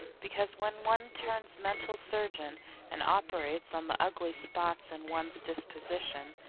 because when one turns mental surgeon and operates on the ugly spots in one's disposition,